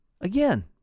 Again